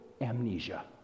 amnesia